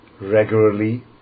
regularly